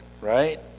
Right